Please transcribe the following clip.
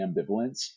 ambivalence